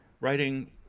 writing